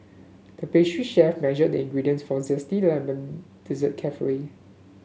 the pastry chef measured the ingredients for a zesty lemon dessert carefully